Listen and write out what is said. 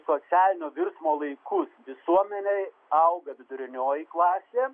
socialinio virsmo laikus visuomenėj auga vidurinioji klasė